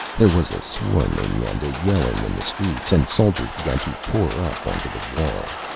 there was a swarming and a yelling in the streets, and soldiers began to pour up onto the wall.